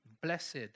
Blessed